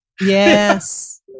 Yes